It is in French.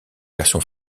version